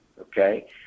Okay